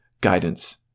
guidance